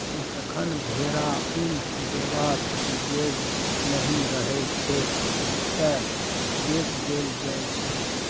जखन भेरा उन देबाक जोग नहि रहय छै तए बेच देल जाइ छै